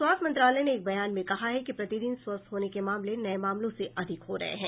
स्वास्थ्य मंत्रालय ने एक बयान में कहा है कि प्रतिदिन स्वस्थ होने के मामले नए मामलों से अधिक हो रहे हैं